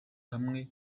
hamwe